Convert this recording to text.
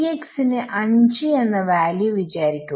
ന് 5 എന്ന വാല്യൂ വിചാരിക്കുക